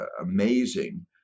amazing